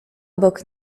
obok